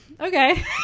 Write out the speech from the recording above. Okay